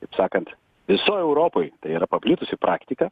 taip sakant visoj europoj yra paplitusi praktika